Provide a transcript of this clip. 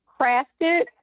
crafted